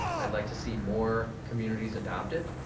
i'd like to see more communities adopt it,